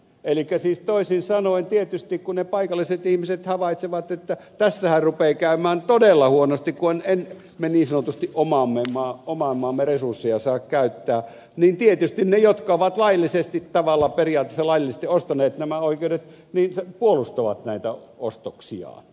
elikkä siis toisin sanoen tietysti kun ne paikalliset ihmiset havaitsevat että tässähän rupeaa käymään todella huonosti kun me emme niin sanotusti oman maamme resursseja saa käyttää niin ne jotka ovat laillisesti tavallaan periaatteessa laillisesti ostaneet nämä oikeudet puolustavat näitä ostoksiaan